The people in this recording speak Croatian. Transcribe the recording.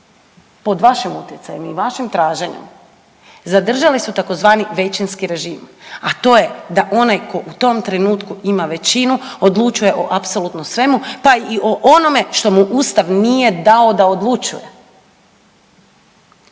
pod vašim utjecajem i vašim traženjem, zadržali su tzv. većinski režim, a to je onaj tko u tom trenutku ima većinu odlučuje o apsolutno svemu, pa i o onome što mu Ustav nije dao da odlučuje.